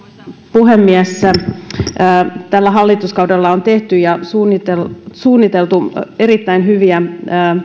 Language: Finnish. puhemies tällä hallituskaudella on tehty ja suunniteltu erittäin hyviä